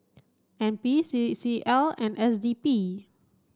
N P C C L and S D P